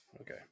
Okay